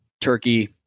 Turkey